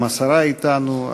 גם השרה אתנו,